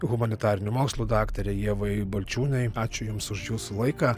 humanitarinių mokslų daktarei ievai balčiūnei ačiū jums už jūsų laiką